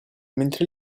mentre